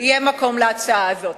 יהיה מקום להצעה הזאת.